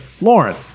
Lauren